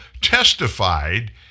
testified